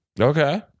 okay